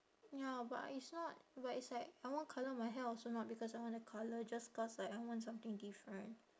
ya but it's not but it's like I want colour my hair also not because I want to colour just cause like I want something different